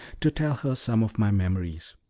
to tell her some of my memories.